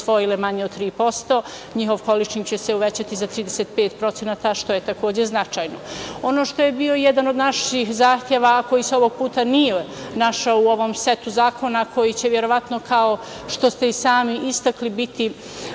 osvojile manje od tri posto njihov količnik će se uvećati za 35% što je takođe značajno. Ono što je bio jedan od naših zahteva, a koji se ovog puta nije našao u ovom setu zakona koji će verovatno kao i što ste i sami istakli biti